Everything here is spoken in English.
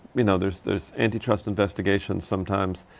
you know there's, there's antitrust investigations sometimes.